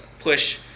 push